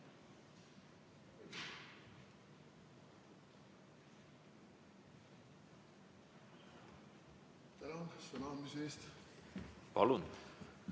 Palun!